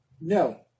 No